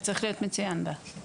זה צריך להיות מצוין בה.